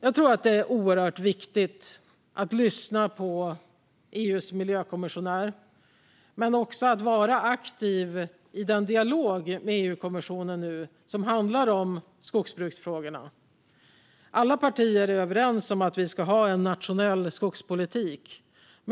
Jag tror att det är oerhört viktigt att vi lyssnar på EU:s miljökommissionär men också att vi är aktiva i den dialog med EU-kommissionen som handlar om skogsbruksfrågorna. Alla partier är överens om att vi ska ha en nationell skogspolitik.